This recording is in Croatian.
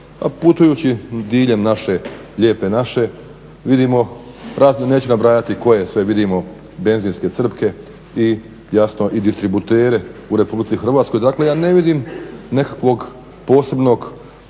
putujući diljem Lijepe naše vidimo neću nabrajati koje sve vidimo benzinske crpke, jasno i distributere u Republici Hrvatskoj. Dakle, ja ne vidim nekakvog posebnog,